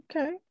Okay